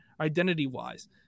identity-wise